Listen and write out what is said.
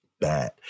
Bad